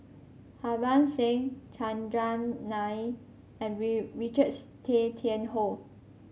Harbans Singh Chandran Nair and Richards Tay Tian Hoe